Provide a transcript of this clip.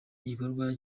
gikorwa